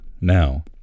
now